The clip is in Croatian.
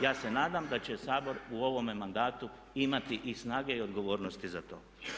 Ja se nadam da će Sabor u ovome mandatu imati i snage i odgovornosti za to.